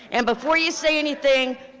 and before you say anything,